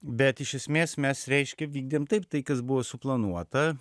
bet iš esmės mes reiškia vykdėm taip tai kas buvo suplanuota